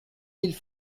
mille